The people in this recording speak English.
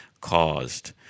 caused